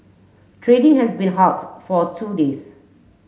trading has been halted for two days